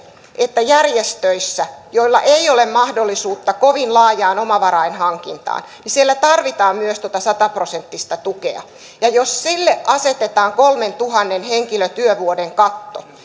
että järjestöissä joilla ei ole mahdollisuutta kovin laajaan omavarainhankintaan tarvitaan myös tuota sata prosenttista tukea ja jos sille asetetaan kolmentuhannen henkilötyövuoden katto